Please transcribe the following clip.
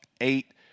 eight